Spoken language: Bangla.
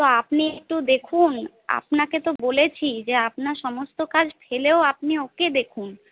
তা আপনি একটু দেখুন আপনাকে তো বলেছি যে আপনার সমস্ত কাজ ফেলেও আপনি ওকে দেখুন